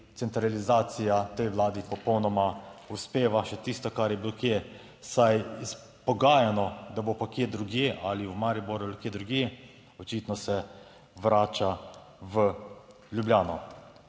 centralizacija tej vladi popolnoma uspeva, še tisto kar je bilo kje vsaj izpogajano, da bo pa kje drugje, ali v Mariboru ali kje drugje, očitno se vrača v Ljubljano.